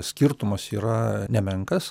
skirtumas yra nemenkas